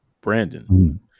Brandon